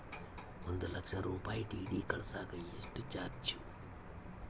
ಒಂದು ಲಕ್ಷ ರೂಪಾಯಿ ಡಿ.ಡಿ ಕಳಸಾಕ ಎಷ್ಟು ಚಾರ್ಜ್?